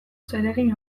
zeregin